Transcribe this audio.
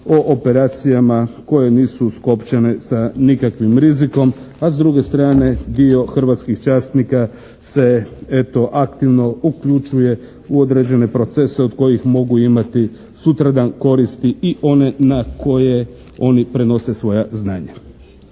o operacijama koje nisu skopčane sa nikakvim rizikom. A s druge strane dio hrvatskih časnika se eto aktivno uključuje u određene procese od kojih mogu imati sutradan koristi i one na koje oni prenose svoja znanja.